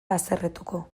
haserretuko